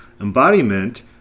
Embodiment